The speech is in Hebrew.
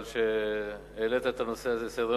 על שהעלית את הנושא הזה לסדר-היום.